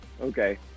okay